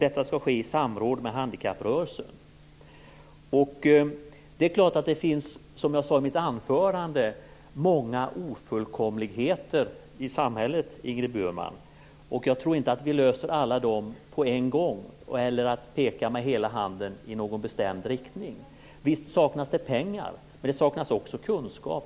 Detta skall ske i samråd med handikapprörelsen. Det finns många ofullkomligheter i samhället, Ingrid Burman. Jag tror inte att vi löser alla dem på en gång genom att peka med hela handen i någon bestämd riktning. Visst saknas det pengar. Det saknas också kunskap.